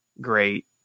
great